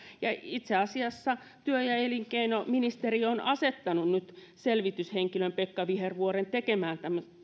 itse asiassa työ ja elinkeinoministeriö on asettanut nyt selvityshenkilön pekka vihervuoren tekemään